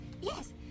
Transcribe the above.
Yes